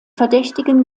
verdächtigen